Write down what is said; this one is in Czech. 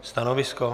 Stanovisko?